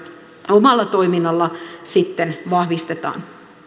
omalla toiminnalla sitten vahvistetaan